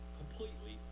completely